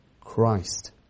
Christ